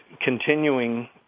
continuing